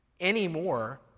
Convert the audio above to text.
anymore